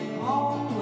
home